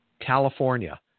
California